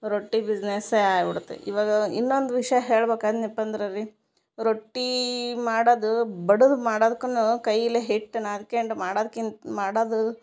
ರೊಟ್ಟಿ ಬಿಸ್ನೆಸ್ಸೆ ಆಯ್ಬಿಡತ್ತೆ ಇವಗಾ ಇನ್ನೊಂದು ವಿಷಯ ಹೇಳ್ಬೇಕೇನ್ಯಪ್ಪಂದ್ರ ರೀ ರೊಟ್ಟಿ ಮಾಡದೂ ಬಡದು ಮಾಡೋದ್ಕುನು ಕೈಲೇ ಹಿಟ್ಟನಾದ್ಕ್ಯಂಡು ಮಾಡೋದ್ಕಿಂತ ಮಾಡದು